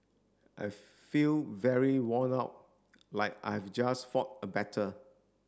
I feel very worn out like I've just fought a battle